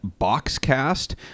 BoxCast